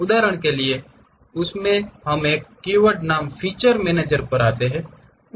उदाहरण के लिए उस में हम एक कीवर्ड नाम फीचर मैनेजर पर आ सकते हैं